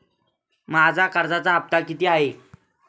माझा कर्जाचा हफ्ता किती आहे?